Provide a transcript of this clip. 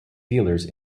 dealers